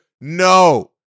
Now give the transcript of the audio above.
No